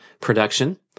production